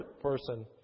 person